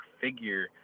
figure